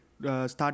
start